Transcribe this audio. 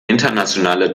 internationale